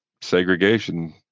segregation